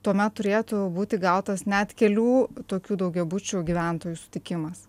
tuomet turėtų būti gautas net kelių tokių daugiabučių gyventojų sutikimas